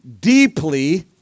deeply